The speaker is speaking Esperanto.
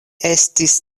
estis